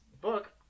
book